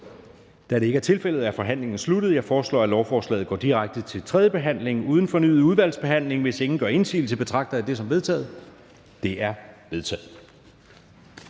Da det ikke er tilfældet, er forhandlingen sluttet. Jeg foreslår, at lovforslaget går direkte til tredje behandling uden fornyet udvalgsbehandling. Hvis ingen gør indsigelse, betragter jeg det som vedtaget. Det er vedtaget.